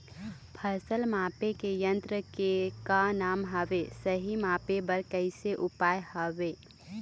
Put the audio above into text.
फसल मापे के यन्त्र के का नाम हवे, सही मापे बार कैसे उपाय हवे?